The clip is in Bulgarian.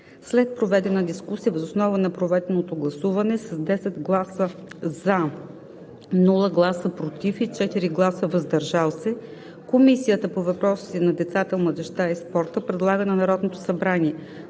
След проведена дискусия и въз основа на проведеното гласуване с 10 гласа „за“, без гласове „против“ и 4 гласа „въздържал се“ Комисията по въпросите на децата, младежта и спорта предлага на Народното събрание